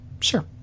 Sure